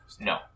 No